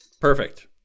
Perfect